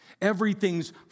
Everything's